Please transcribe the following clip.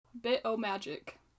Bit-O-Magic